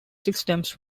systems